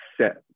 set